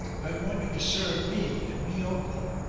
i want you to serve me, and me only.